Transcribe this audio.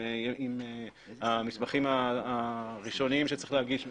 אם המסמכים הראשונים שצריך להגיש הוגשו,